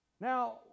Now